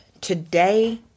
Today